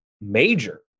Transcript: major